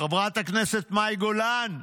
חברת הכנסת מאי גולן: